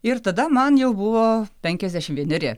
ir tada man jau buvo penkiasdešimt vieneri